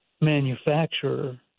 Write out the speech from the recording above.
manufacturer